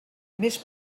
més